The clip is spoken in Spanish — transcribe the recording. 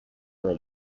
del